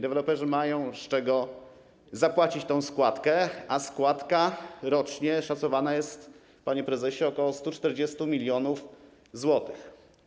Deweloperzy mają z czego zapłacić tę składkę, a składka rocznie szacowana jest, panie prezesie, na ok. 140 mln zł.